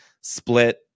split